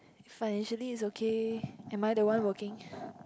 financially it's okay am I the one working